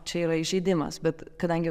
čia yra įžeidimas bet kadangi